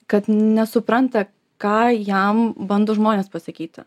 kad nesupranta ką jam bando žmonės pasakyti